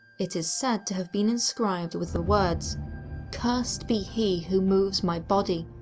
it is said to have been inscribed with the words cursed be he who moves my body,